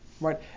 right